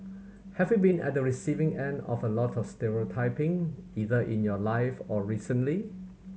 have you been at the receiving end of a lot of stereotyping either in your life or recently